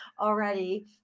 already